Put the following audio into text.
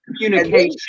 communication